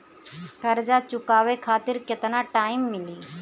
कर्जा चुकावे खातिर केतना टाइम मिली?